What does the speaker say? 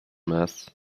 mess